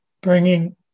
bringing